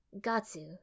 Gatsu